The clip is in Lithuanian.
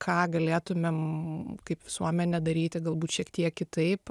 ką galėtumėm kaip visuomenė daryti galbūt šiek tiek kitaip